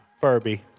Furby